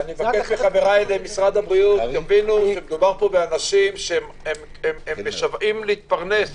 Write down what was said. לחבריי ממשרד הבריאות - מדובר פה באנשים שמשוועים להתפרנס.